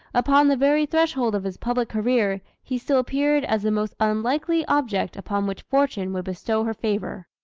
upon the very threshold of his public career, he still appeared as the most unlikely object upon which fortune would bestow her favor.